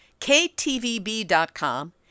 KTVB.com